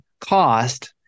cost